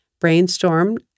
brainstormed